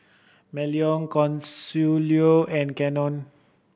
Melony Consuelo and Cannon